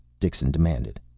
dixon demanded.